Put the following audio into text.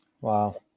wow